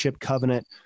covenant